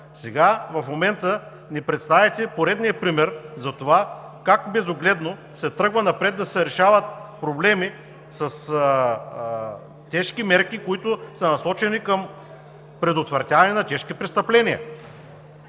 го. В момента ни представихте поредния пример за това как безогледно се тръгва напред да се решават проблеми с тежки мерки, които са насочени към предотвратяване на тежки престъпления!